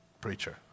preacher